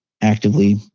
actively